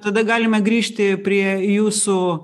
tada galime grįžti prie jūsų